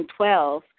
2012